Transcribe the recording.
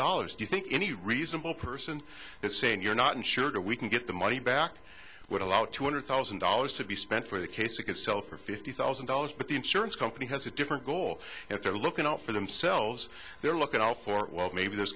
dollars do you think any reasonable person is saying you're not insured or we can get the money back would allow two hundred thousand dollars to be spent for the case you could sell for fifty thousand dollars but the insurance company has a different goal and if they're looking out for themselves they're look at all for well maybe there's